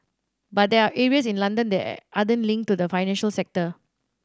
but there are areas in London that aren't linked to the financial sector